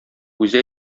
үзе